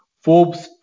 Forbes